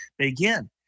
Again